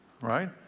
Right